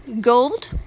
Gold